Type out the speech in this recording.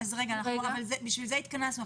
בשביל זה התכנסנו,